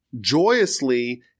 joyously